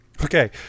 Okay